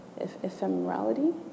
ephemerality